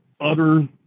utter